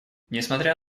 несмотря